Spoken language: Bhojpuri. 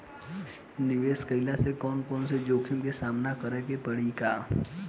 निवेश कईला से कौनो जोखिम के सामना करे क परि का?